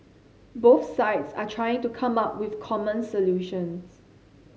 both sides are trying to come up with common solutions